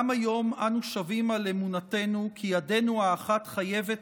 גם היום אנו שבים על אמונתנו כי ידנו האחת חייבת